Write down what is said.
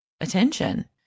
attention